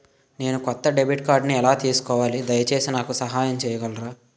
నేను కొత్త డెబిట్ కార్డ్ని ఎలా తీసుకోవాలి, దయచేసి నాకు సహాయం చేయగలరా?